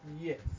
Yes